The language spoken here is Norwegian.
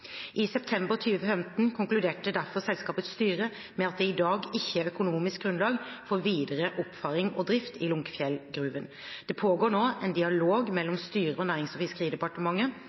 I september 2015 konkluderte derfor selskapets styre med at det i dag ikke er økonomisk grunnlag for videre oppfaring og drift i Lunckefjell-gruven. Det pågår nå en dialog mellom styret og Nærings- og fiskeridepartementet,